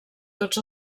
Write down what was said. tots